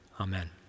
Amen